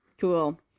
Cool